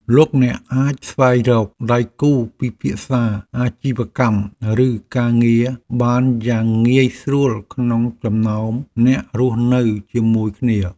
លោកអ្នកអាចស្វែងរកដៃគូពិភាក្សាអាជីវកម្មឬការងារបានយ៉ាងងាយស្រួលក្នុងចំណោមអ្នករស់នៅជាមួយគ្នា។